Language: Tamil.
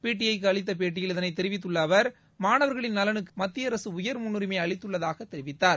பிடிஐ க்கு அளித்த பேட்டியில் இதனைத் தெரிவித்துள்ள அவர் மாணவர்களின் நலனுக்கு மத்திய அரசு உயர் முன்னுரிமை அளித்துள்ளதாகத் தெரிவித்தார்